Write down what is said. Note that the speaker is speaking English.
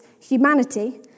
humanity